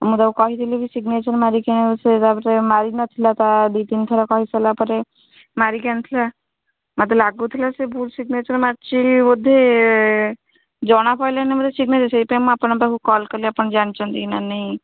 ମୁଁ ତାକୁ କହିଥିଲେ କି ସିଗନେଚର୍ ମାରିକି ଆଣିବାକୁ ସେ ତା'ପରେ ମାରିନଥିଲା ତା' ଦୁଇ ତିନି ଥର କହିସାରିଲା ପରେ ମାରିକି ଆଣିଥିଲା ମୋତେ ଲାଗୁଥିଲା ସେ ଭୁଲ ସିଗନେଚର୍ ମାରିଛି ବୋଧେ ଜଣା ପଡ଼ିଲାଣି ବୋଧେ ସିଗନେଚର୍ ସେଥିପାଇଁ ମୁଁ ଆପଣଙ୍କ ପାଖକୁ କଲ୍ କଲି ଆପଣ ଜାଣିଛନ୍ତି ନା ନାହିଁ